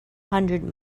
hundred